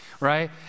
Right